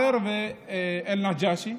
הרר ואל-נג'אשי,